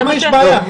למה יש בעיה?